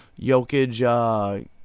Jokic